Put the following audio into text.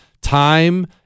time